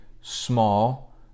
small